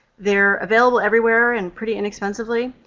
they're available everywhere and pretty inexpensively.